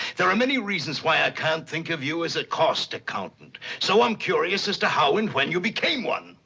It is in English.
there are many reasons why i can't think of you as a cost accountant. so i'm curious as to how and when you became one.